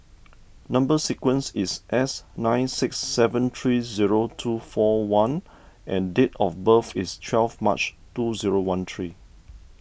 Number Sequence is S nine six seven three zero two four one and date of birth is twelve March two zero one three